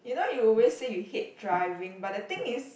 you know you always say you hate driving but the thing is